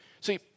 See